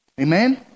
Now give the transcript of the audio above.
Amen